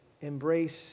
embrace